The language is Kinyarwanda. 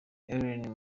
ellen